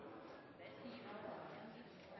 livet. Det er i